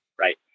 right